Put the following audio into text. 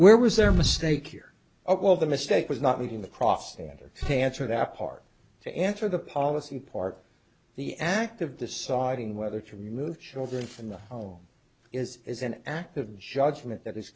where was their mistake here ok well the mistake was not meeting the cross channel to answer that part to answer the policy part the act of deciding whether to remove children from the home is is an act of judgment that i